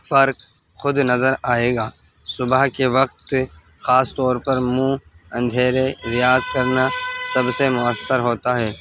فرق خود نظر آئے گا صبح کے وقت خاص طور پر منہ اندھیرے ریاض کرنا سب سے مؤثر ہوتا ہے